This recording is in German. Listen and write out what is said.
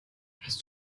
hast